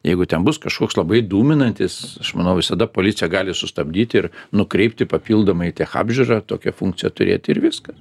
jeigu ten bus kažkoks labai dūminantis manau visada policija gali sustabdyti ir nukreipti papildomai į tech apžiūrą tokią funkciją turėti ir viskas